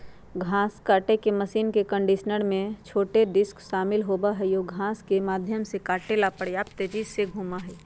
घास काटे के मशीन कंडीशनर में छोटे डिस्क शामिल होबा हई जो घास के माध्यम से काटे ला पर्याप्त तेजी से घूमा हई